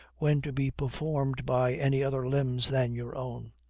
when to be performed by any other limbs than your own.